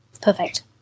Perfect